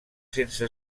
sense